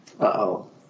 Uh-oh